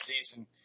season